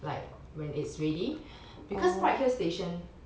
like when it's ready because bright hill station